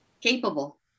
capable